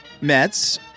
Mets